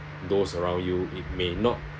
those around you it may not